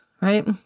right